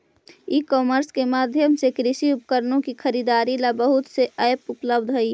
ई commerce के माध्यम से कृषि उपकरणों की खरीदारी ला बहुत से ऐप उपलब्ध हई